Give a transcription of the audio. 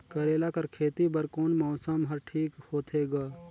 करेला कर खेती बर कोन मौसम हर ठीक होथे ग?